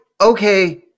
okay